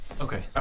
Okay